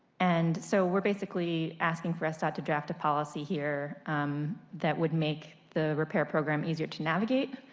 and so we are basically asking for sdot to draft a policy here that would make the repair program easier to navigate.